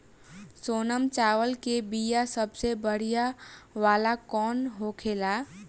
सोनम चावल के बीया सबसे बढ़िया वाला कौन होखेला?